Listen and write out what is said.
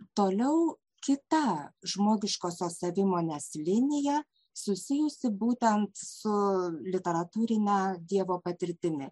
toliau kita žmogiškosios savimonės linija susijusi būtent su literatūrine dievo patirtimi